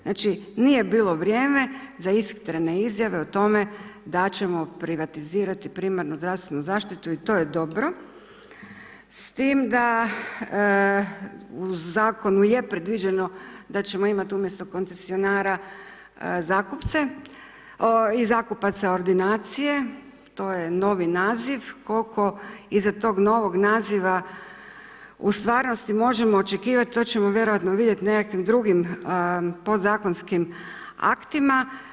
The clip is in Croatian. Znači, nije bilo vrijeme za ishitrene izjave o tome da ćemo privatizirati primarnu zdravstvenu zaštitu i to je dobro s tim da u zakonu je predviđeno da ćemo imati umjesto koncesionara zakupce i zakupaca ordinacije, to je novi naziv, koliko iza tog novog naziva u stvarnosti možemo očekivati, to ćemo vjerojatno vidjeti u nekim drugim podzakonskim aktima.